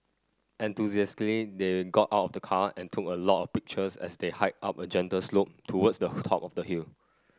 enthusiastically they got out of the car and took a lot of pictures as they hiked up a gentle slope towards the top of the hill